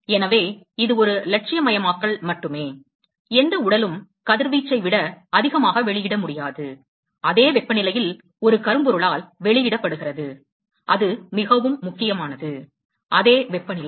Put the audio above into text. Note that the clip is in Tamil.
எனவே இது ஒரு இலட்சியமயமாக்கல் மட்டுமே எந்த உடலும் கதிர்வீச்சை விட அதிகமாக வெளியிட முடியாது அதே வெப்பநிலையில் ஒரு கரும்பொருளால் வெளியிடப்படுகிறது அது மிகவும் முக்கியமானது அதே வெப்பநிலை